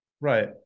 Right